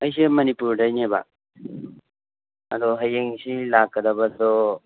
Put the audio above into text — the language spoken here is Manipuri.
ꯑꯩꯁꯦ ꯃꯅꯤꯄꯨꯔꯗꯩꯅꯦꯕ ꯑꯗꯣ ꯍꯌꯦꯡꯁꯦ ꯂꯥꯛꯀꯗꯕ ꯑꯗꯣ